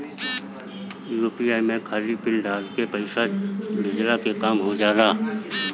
UPI में खाली Google pin डाल के पईसा भेजला के काम हो होजा